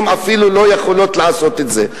הן אפילו לא יכולות לעשות את זה.